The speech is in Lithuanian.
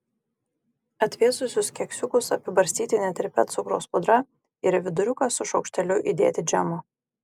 atvėsusius keksiukus apibarstyti netirpia cukraus pudra ir į viduriuką su šaukšteliu įdėti džemo